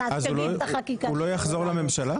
הוא לא יחזור לממשלה?